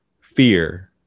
fear